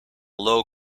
low